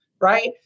right